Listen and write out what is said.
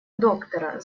доктора